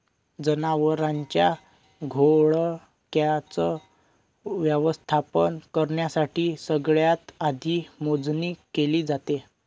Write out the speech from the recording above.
जनावरांच्या घोळक्याच व्यवस्थापन करण्यासाठी सगळ्यात आधी मोजणी केली जाते